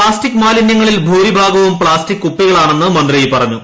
plastic മാലിന്യങ്ങളിൽ ഭൂരിഭാഗവും plastic കുപ്പികളാണെന്ന് മന്ത്രി പറഞ്ഞു